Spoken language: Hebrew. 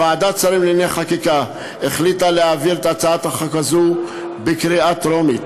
ועדת השרים לענייני חקיקה החליטה להעביר את הצעת החוק הזאת בקריאה טרומית